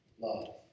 love